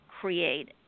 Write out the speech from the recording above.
create